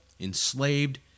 Enslaved